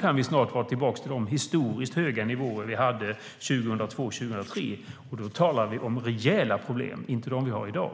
kan vi snart vara tillbaka på de historiskt höga nivåer vi hade 2002-2003. Och då talar vi om rejäla problem - inte dem vi har i dag.